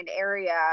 area